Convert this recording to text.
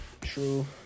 True